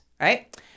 right